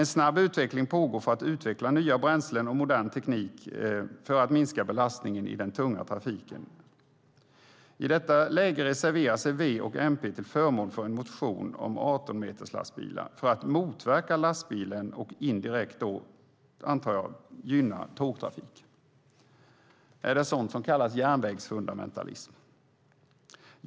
En snabb utveckling pågår för att utveckla nya bränslen och modern teknik för att minska belastningen i den tunga trafiken. I detta läge reserverar sig V och MP till förmån för en motion om 18-meterslastbilar för att motverka lastbilen och, antar jag, indirekt gynna tågtrafiken. Är det sådant som kallas järnvägsfundamentalism?